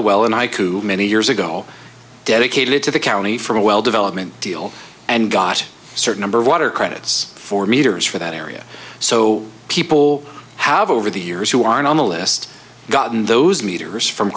a well and i cood many years ago dedicated to the county from a well development deal and got certain number of water credits for meters for that area so people have over the years who aren't on the list gotten those meters from